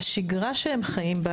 שהשגרה שהם חיים בה,